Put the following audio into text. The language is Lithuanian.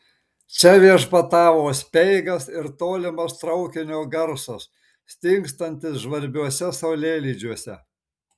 čia viešpatavo speigas ir tolimas traukinio garsas stingstantis žvarbiuose saulėlydžiuose